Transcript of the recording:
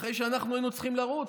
אחרי שאנחנו היינו צריכים לרוץ,